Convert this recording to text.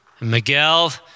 Miguel